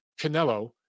Canelo